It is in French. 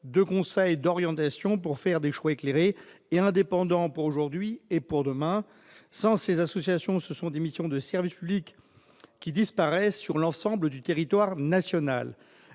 de conseil d'orientation pour faire des choix éclairés et indépendants pour aujourd'hui et pour demain sans ces associations, ce sont des missions de service public qui disparaissent sur l'ensemble du territoire national,